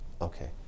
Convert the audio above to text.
okay